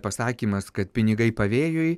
pasakymas kad pinigai pavėjui